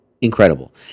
Incredible